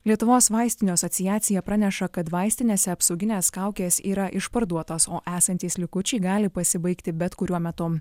lietuvos vaistinių asociacija praneša kad vaistinėse apsauginės kaukės yra išparduotos o esantys likučiai gali pasibaigti bet kuriuo metu